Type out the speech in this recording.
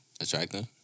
Attractive